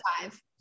five